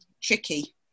tricky